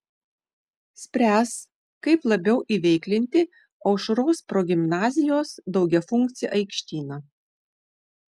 spręs kaip labiau įveiklinti aušros progimnazijos daugiafunkcį aikštyną